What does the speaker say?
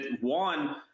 One